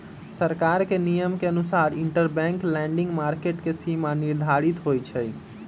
सरकार के नियम के अनुसार इंटरबैंक लैंडिंग मार्केट के सीमा निर्धारित होई छई